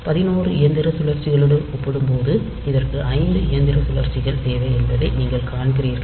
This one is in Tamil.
பதினொரு இயந்திர சுழற்சிகளுடன் ஒப்பிடும்போது இதற்கு ஐந்து இயந்திர சுழற்சிகள் தேவை என்பதை நீங்கள் காண்கிறீர்கள்